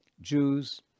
Jews